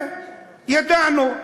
וידענו.